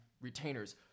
retainers